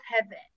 heaven